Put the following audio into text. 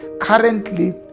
currently